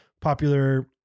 popular